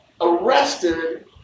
arrested